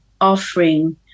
offering